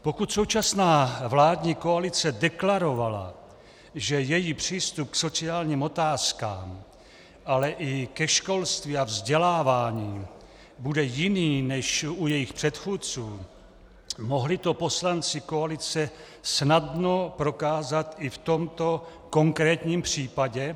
Pokud současná vládní koalice deklarovala, že její přístup k sociálním otázkám, ale i ke školství a vzdělávání bude jiný než u jejich předchůdců, mohli to poslanci koalice snadno prokázat i v tomto konkrétním případě.